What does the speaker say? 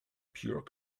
pure